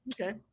Okay